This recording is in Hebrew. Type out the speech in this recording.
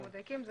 נכון.